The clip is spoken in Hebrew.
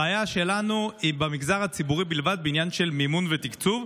הבעיה שלנו היא במגזר הציבורי בלבד בעניין של מימון ותקצוב,